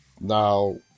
Now